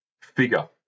figure